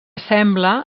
sembla